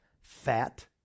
fat